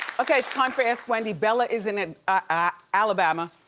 okay, it's time for ask wendy. bella is in and ah alabama.